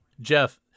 Jeff